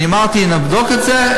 אמרתי: נבדוק את זה,